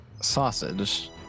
Sausage